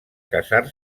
casar